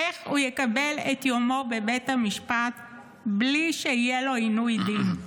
איך הוא יקבל את יומו בבית המשפט בלי שיהיה לו עינוי דין?